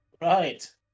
Right